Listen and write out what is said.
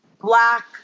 Black